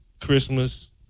Christmas